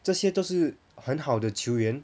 这些都是很好的球员